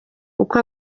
uko